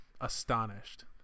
astonished